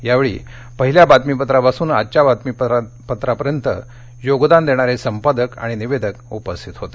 यावेळी पहिल्या बातमीपत्रापासून आजच्या बातमीपत्रापर्यंत योगदान देणारे संपादक आणि निवेदक उपस्थित होते